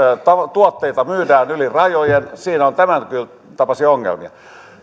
tuotteita myydään yli rajojen siinä on tämäntapaisia ongelmia